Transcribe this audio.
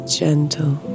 gentle